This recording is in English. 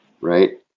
right